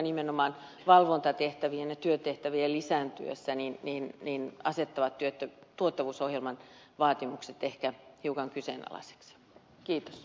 nimenomaan valvontatehtävien ja työtehtävien lisääntyminen asettaa tuottavuusohjelman vaatimukset ehkä hiukan kyseenalaisiksi